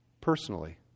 personally